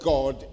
God